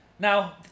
Now